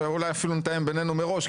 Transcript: ואולי אפילו נתאם בינינו מראש,